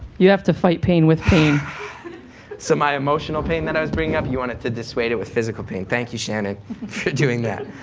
you have to fight pain with pain. chris so my emotional pain that i was bringing up you wanted to dissuade it with physical pain. thank you, shannon for doing that.